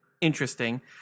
interesting